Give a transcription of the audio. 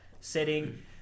setting